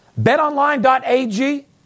Betonline.ag